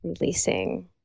Releasing